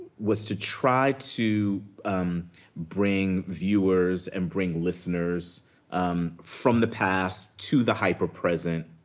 was to try to bring viewers and bring listeners um from the past to the hyper present,